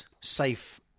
safe